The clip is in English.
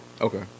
Okay